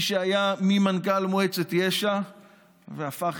מי שהיה מנכ"ל מועצת יש"ע והפך